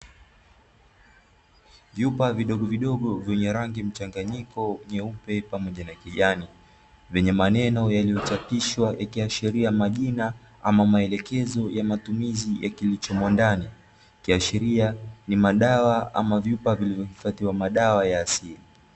Vyumba vidogo vidogo vyenye rangi mchanganyiko nyeupe pamoja na kijani, vyenye maneno yaliyochapishwa ikiashiria majina ama maelekezo ya matumizi ya kilichomo ndani ikiashiria ni madawa ama vyupa vilivyo hifadhia madawa ya asili.